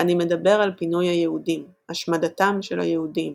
"אני מדבר על פינוי היהודים השמדתם של היהודים.